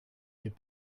n’est